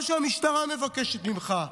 מה שהמשטרה מבקשת ממך.